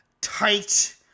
tight